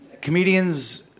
comedians